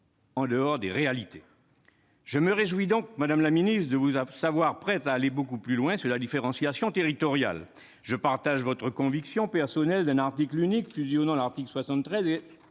en dehors des réalités !» Je me réjouis donc, madame la ministre, de vous savoir prête à aller plus loin dans la différenciation territoriale et je partage votre conviction personnelle d'un article unique fusionnant les articles 73